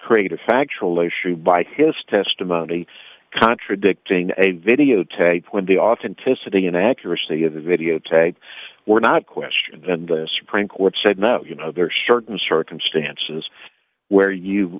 create a factual issue by his testimony contradicting a videotape when the authenticity and accuracy of the videotape were not questioned then the supreme court said no you know they're short in circumstances where you